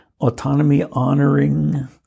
autonomy-honoring